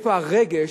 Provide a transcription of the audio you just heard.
ואיפה הרגש,